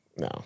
No